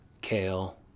kale